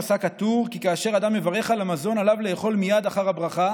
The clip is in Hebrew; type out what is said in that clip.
פסק הטור כי כאשר אדם מברך על המזון עליו לאכול מייד אחר הברכה